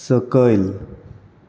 सकयल